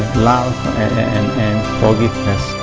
love and forgiveness.